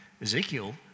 Ezekiel